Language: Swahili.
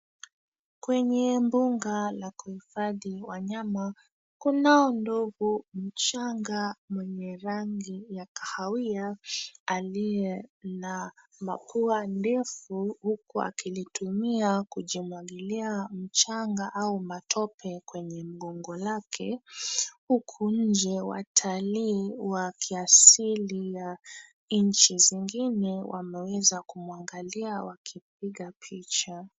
Kwenye mbuga la kuhifadhi wanyama, kunao ndovu mchanga mwenye rangi ya kahawia aliye na mapua ndefu, huku akilitumia kujimwagilia mchanga au matope kwenye mgongo lake. Huku nje watalii wa kiasili ya nchi zingine wameweza kumwangalia wakipiga picha.